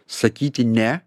sakyti ne